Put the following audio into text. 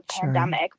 pandemic